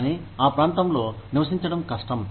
కానీ ఆ ప్రాంతంలో నివసించడం కష్టం